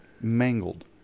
mangled